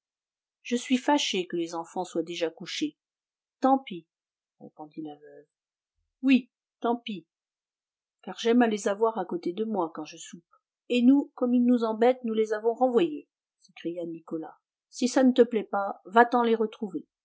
je suis fâché que les enfants soient déjà couchés tant pis répondit la veuve oui tant pis car j'aime à les avoir à côté de moi quand je soupe et nous comme ils nous embêtent nous les avons renvoyés s'écria nicolas si ça ne te plaît pas va-t'en les retrouver